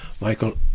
Michael